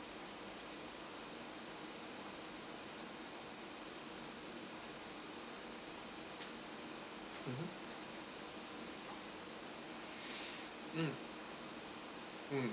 mmhmm mm mm